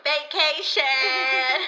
Vacation